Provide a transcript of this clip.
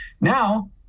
Now